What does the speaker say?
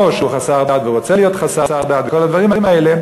שהוא חסר דת ורוצה להיות חסר דת וכל הדברים האלה.